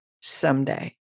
someday